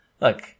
Look